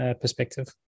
perspective